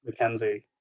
McKenzie